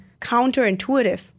counterintuitive